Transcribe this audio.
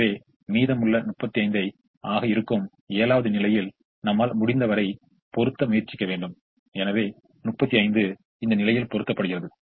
எனவே மீதமுள்ள 35 ஆக இருக்கும் 7 வது நிலையில் நம்மால் முடிந்தவரை பொறுத்த முயற்சிக்க வேண்டும் எனவே 35 இந்த நிலையில் பொறுத்தப்படுகிறது